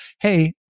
hey